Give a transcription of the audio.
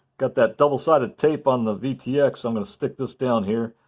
got that double-sided tape on the vtx. i'm going to stick this down here.